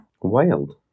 wild